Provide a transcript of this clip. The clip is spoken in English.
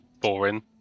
Boring